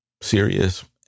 serious